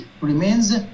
remains